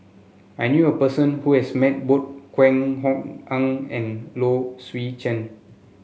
I knew a person who has met both Kwek Hong Png and Low Swee Chen